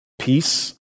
peace